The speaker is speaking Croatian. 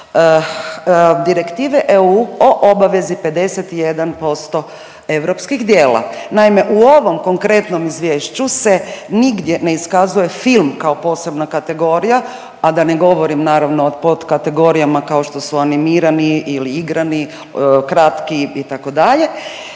direktive EU o obavezi 51% europskih djela. Naime, u ovom konkretnom izvješću se nigdje ne iskazuje film kao posebna kategorija, a da ne govorimo naravno o potkatorijama kao što su animirani ili igrani, kratki itd.,